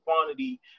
quantity